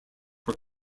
were